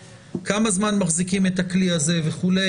כל מה שאמרתי לגבי כמה זמן מחזיקים את הכלי הזה וכולי,